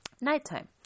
nighttime